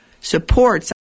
supports